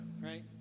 right